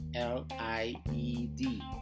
L-I-E-D